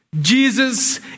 Jesus